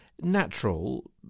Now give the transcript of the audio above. natural